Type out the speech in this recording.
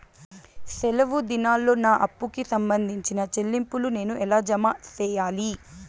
సెలవు దినాల్లో నా అప్పుకి సంబంధించిన చెల్లింపులు నేను ఎలా జామ సెయ్యాలి?